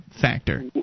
factor